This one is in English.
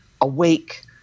awake